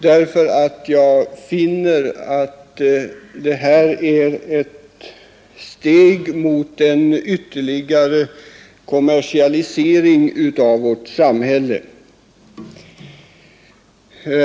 Jag finner nämligen att förslaget är ett steg mot ytterligare kommersialisering av vårt samhälle.